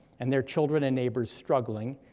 and their children and neighbors struggling,